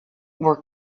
were